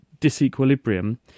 disequilibrium